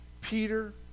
Peter